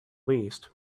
least